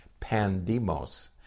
pandemos